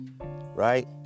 right